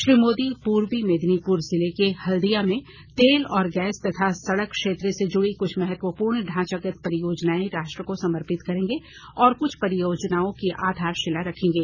श्री मोदी पूर्वी मेदिनीपुर जिले के हल्दिया में तेल और गैस तथा सड़क क्षेत्र से जुड़ी कुछ महत्वपूर्ण ढांचागत परियोजनाएं राष्ट्र को समर्पित करेंगे और कुछ परियोजनाओं की आधारशिला रखेंगे